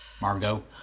Margot